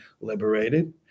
liberated